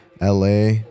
LA